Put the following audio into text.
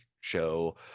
show